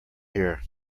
here